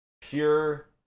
Pure